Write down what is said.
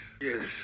yes